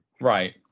Right